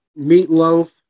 meatloaf